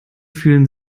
fühlen